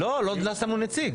לא, לא שמנו נציג.